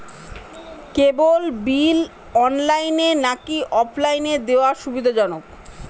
কেবল bill অনলাইনে নাকি অফলাইনে দেওয়া সুবিধাজনক?